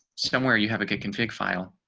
somewhere, you have a good config file.